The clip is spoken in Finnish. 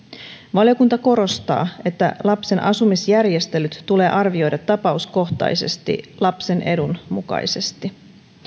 valiokunta korostaa että lapsen asumisjärjestelyt tulee arvioida tapauskohtaisesti lapsen edun mukaisesti